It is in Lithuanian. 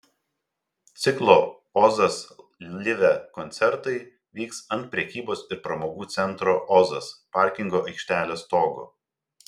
ciklo ozas live koncertai vyks ant prekybos ir pramogų centro ozas parkingo aikštelės stogo